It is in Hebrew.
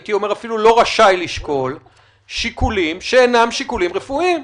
והייתי אומר שאפילו לא רשאי לשקול שיקולים שאינם שיקולים רפואיים.